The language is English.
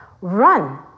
Run